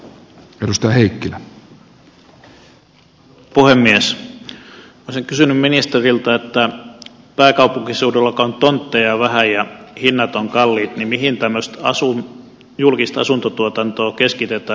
olisin kysynyt ministeriltä kun pääkaupunkiseudulla on tontteja vähän ja hinnat ovat kalliit mihin tämmöistä julkista asuntotuotantoa keskitetään